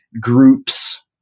groups